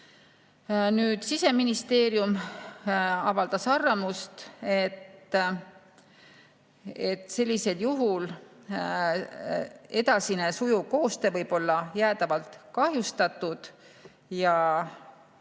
Siseministeerium avaldas arvamust, et sellisel juhul edasine sujuv koostöö võib olla jäädavalt kahjustatud, aga